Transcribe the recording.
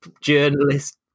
journalist